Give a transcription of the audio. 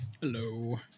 hello